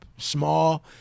Small